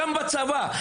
גם בצבא,